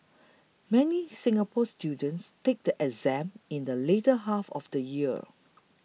many Singapore students take the exam in the later half of the year